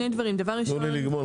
תנו לי לגמור,